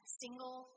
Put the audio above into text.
single